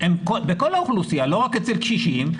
בכל האוכלוסייה ולא רק אצל קשישים,